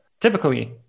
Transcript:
typically